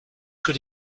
could